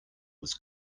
was